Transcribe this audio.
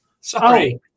Sorry